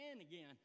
again